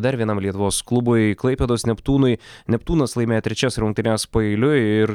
dar vienam lietuvos klubui klaipėdos neptūnui neptūnas laimėjo trečias rungtynes paeiliui ir